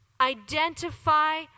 Identify